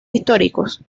históricos